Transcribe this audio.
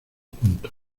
juntos